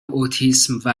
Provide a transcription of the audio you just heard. اوتیسم